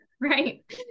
right